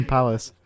Palace